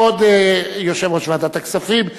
כבוד יושב-ראש ועדת הכספים,